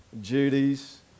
duties